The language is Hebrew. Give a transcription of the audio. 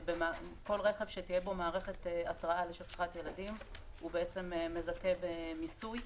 שכל רכב שתהיה בו מערכת התרעה על שכחת ילדים מזכה במיסוי,